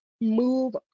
move